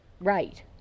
Right